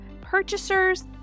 purchasers